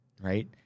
Right